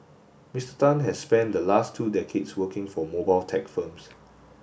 Mister Tan has spent the last two decades working for mobile tech firms